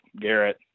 garrett